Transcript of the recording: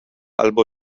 albo